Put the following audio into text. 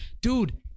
Dude